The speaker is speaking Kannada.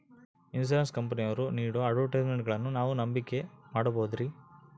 ಇನ್ಸೂರೆನ್ಸ್ ಕಂಪನಿಯವರು ನೇಡೋ ಅಡ್ವರ್ಟೈಸ್ಮೆಂಟ್ಗಳನ್ನು ನಾವು ನಂಬಿಕೆ ಮಾಡಬಹುದ್ರಿ?